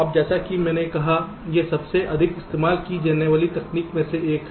अब जैसा कि मैंने कहा यह सबसे अधिक इस्तेमाल की जाने वाली तकनीक में से एक है